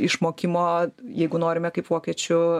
išmokimo jeigu norime kaip vokiečių